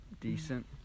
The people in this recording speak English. decent